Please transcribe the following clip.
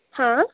ಹಾಂ